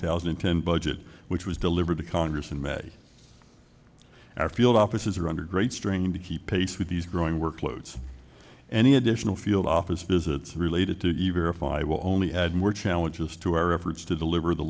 thousand and ten budget which was delivered to congress in may our field offices are under great strain to keep pace with these growing workloads any additional field office visits related to a verifiable only add more challenges to our efforts to deliver the